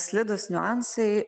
slidūs niuansai